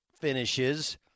finishes